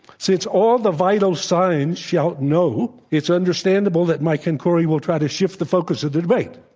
since all the vital signs shout no, it's understandable that mike and kori will try to shift the focus of the debate.